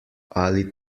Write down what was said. ali